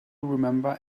remember